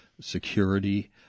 security